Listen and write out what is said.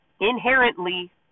inherently